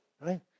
right